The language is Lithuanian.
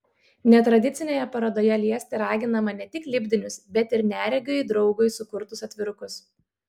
netradicinėje parodoje liesti raginama ne tik lipdinius bet ir neregiui draugui sukurtus atvirukus